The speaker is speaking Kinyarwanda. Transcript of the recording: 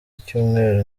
icyumweru